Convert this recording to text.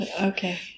Okay